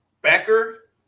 Becker